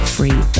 Free